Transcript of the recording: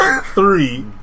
three